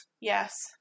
Yes